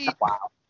Wow